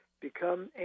become